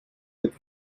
with